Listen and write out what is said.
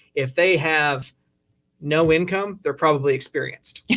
if they have no income, they're probably experienced yeah